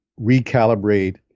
recalibrate